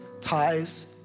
ties